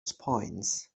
spines